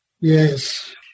Yes